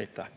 Aitäh!